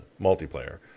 multiplayer